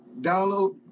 download